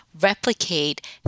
replicate